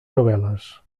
novel·les